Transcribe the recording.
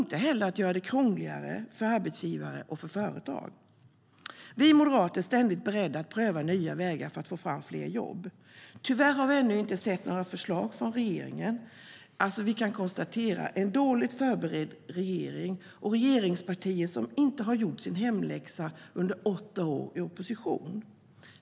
Inte heller ska vi göra det krångligare för arbetsgivare och för företag. Vi moderater är ständigt beredda att pröva nya vägar för att få fram fler jobb. Tyvärr har vi ännu inte sett några förslag från regeringen.